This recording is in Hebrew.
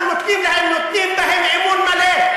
אנחנו נותנים בהם אמון מלא.